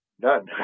None